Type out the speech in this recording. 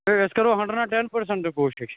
ہَے أسۍ کَرو hundred and ten پٔرسنٛٹہٕ کوٗشِش